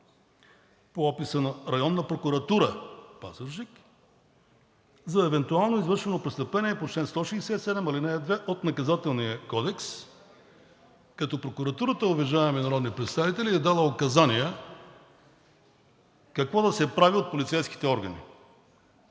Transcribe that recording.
по описа на Районна прокуратура – Пазарджик, за евентуално извършено престъпление и по чл. 167, ал. 2 от Наказателния кодекс, като прокуратурата, уважаеми народни представители е дала указания какво да се прави от полицейските органи.